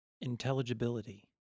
Intelligibility